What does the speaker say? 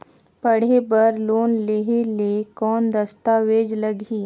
पढ़े बर लोन लहे ले कौन दस्तावेज लगही?